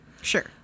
Sure